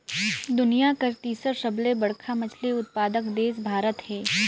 दुनिया कर तीसर सबले बड़खा मछली उत्पादक देश भारत हे